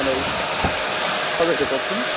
hello হয় বাইদেউ কওকচোন